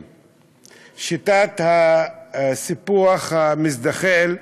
שיטת הסיפוח המזדחל,